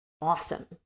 awesome